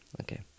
Okay